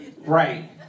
right